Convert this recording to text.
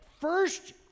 First